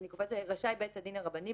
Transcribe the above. אני קופצת: רשאי בית הדין הרבני,